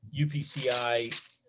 UPCI